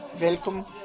welcome